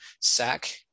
sack